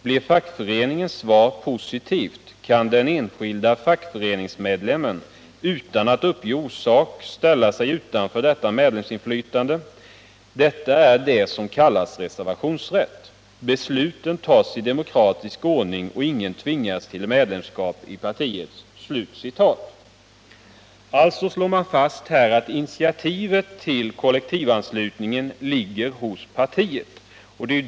Blir fackföreningens svar positivt kan den enskilda fackföreningsmedlemmen -— utan att uppge orsaken — ställa sig utanför detta medlemsinflytande. Det är det som kallas reservationsrätt. Besluten tas i demokratisk ordning och ingen tvingas till medlemskap i partiet.” Man slår alltså fast att initiativet till kollektivanslutningen ligger hos partiet.